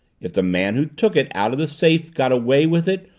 if the man who took it out of the safe got away with it,